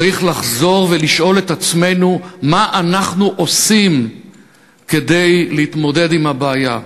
צריך לחזור ולשאול את עצמנו מה אנחנו עושים כדי להתמודד עם הבעיה,